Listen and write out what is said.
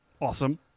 Awesome